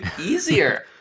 easier